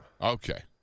Okay